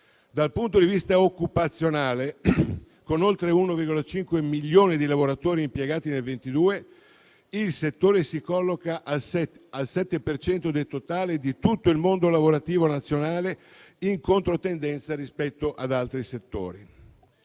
Dal punto di vista occupazionale, con oltre 1,5 milioni di lavoratori impiegati nel 2022, il settore si colloca al 7 per cento del totale di tutto il mondo lavorativo nazionale, in controtendenza rispetto ad altri settori.